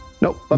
Nope